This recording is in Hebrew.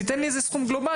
תן לי איזה סכום גלובלי.